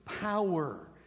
power